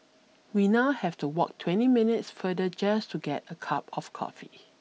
we now have to walk twenty minutes further just to get a cup of coffee